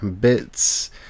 bits